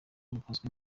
bikozwe